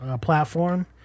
platform